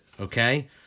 okay